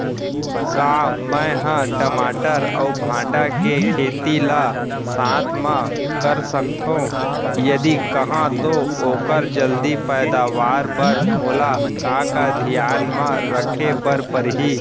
का मै ह टमाटर अऊ भांटा के खेती ला साथ मा कर सकथो, यदि कहाँ तो ओखर जलदी पैदावार बर मोला का का धियान मा रखे बर परही?